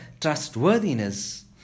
trustworthiness